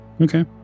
okay